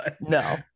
no